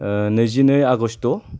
ओ नैजिनै आगष्ट'